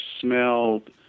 smelled